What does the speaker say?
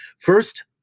First